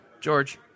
George